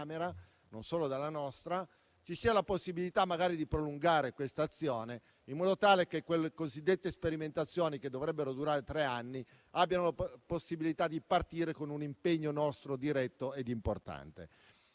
(non solo della nostra), ci sia la possibilità di prolungare questa azione, in modo tale che quelle cosiddette sperimentazioni, che dovrebbero durare tre anni, abbiano la possibilità di partire con un nostro impegno diretto e importante.